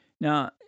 Now